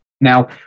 Now